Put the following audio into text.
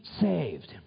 saved